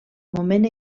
moment